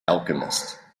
alchemist